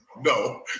No